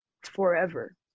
forever